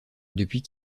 depuis